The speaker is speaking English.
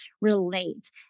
relate